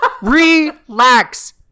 Relax